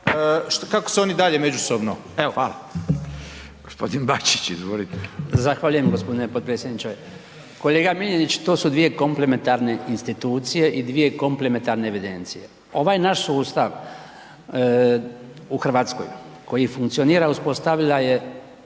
Hvala. G. Bačić, izvolite. **Bačić, Branko (HDZ)** Zahvaljujem g. potpredsjedniče. Kolega Miljenić, to su svije komplementarne institucije i dvije komplementarne evidencije. Ovaj naš sustav u Hrvatskoj koji funkcionira, uspostavila je